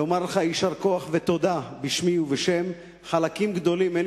כדי לומר לך יישר כוח ותודה בשמי ובשם חלקים גדולים מהבית,